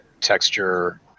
texture